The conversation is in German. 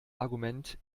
argument